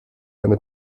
eine